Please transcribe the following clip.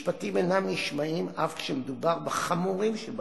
משפטים אינם נשמעים אף כשמדובר בחמורים שבתיקים,